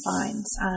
finds